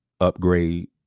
Upgrade